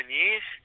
years